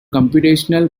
computational